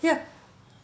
ya